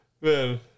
man